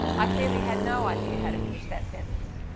i clearly had no idea how to finish that sentence.